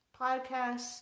podcasts